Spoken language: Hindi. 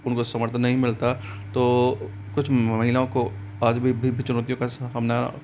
उनको समर्थन नहीं मिलता तो कुछ महिलाओं को आज भी चुनौतियों का सामना